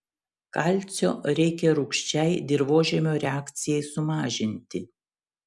kalcio reikia rūgščiai dirvožemio reakcijai sumažinti